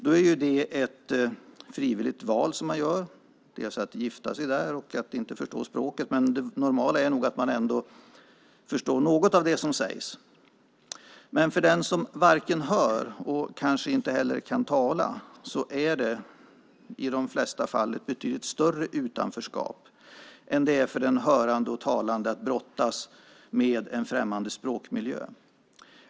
Det är ett frivilligt val som görs. Dels gifter man sig i ett främmande land, dels förstår man inte språket. Det normala är nog att man ändå förstår något av det som sägs. Men för den som inte hör och som kanske inte heller kan tala är det i de flesta fall ett betydligt större utanförskap än det är för den hörande och talande att brottas med en främmande språkmiljö.